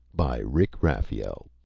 by rick raphael